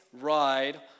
ride